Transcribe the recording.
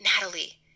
Natalie